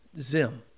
Zim